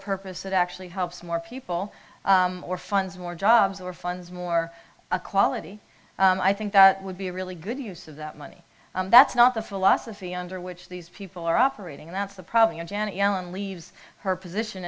purpose that actually helps more one people or funds more jobs or funds more quality i think that would be a really good use of that money and that's not the philosophy under which these people are operating and that's the problem janet yellen leaves her position